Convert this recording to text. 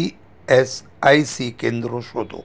ESIC કેન્દ્રો શોધો